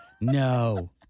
no